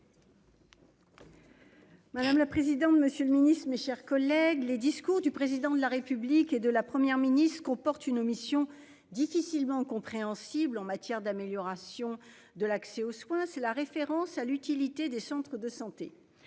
Madame la présidente. Monsieur le Ministre, mes chers collègues. Les discours du président de la République et de la Première ministre aux portes une omission difficilement compréhensible en matière d'amélioration de l'accès aux soins, c'est la référence à l'utilité des centres de santé.